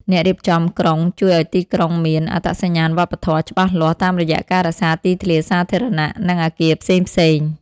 អ្នករៀបចំក្រុងជួយឱ្យទីក្រុងមាន "អត្តសញ្ញាណវប្បធម៌" ច្បាស់លាស់ តាមរយៈការរក្សាទីធ្លាសាធារណៈ និងអាគារផ្សេងៗ។